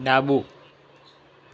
ડાબું